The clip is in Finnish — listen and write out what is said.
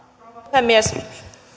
puhemies